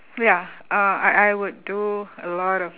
ya uh I I would do a lot of